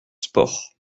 spores